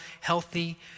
healthy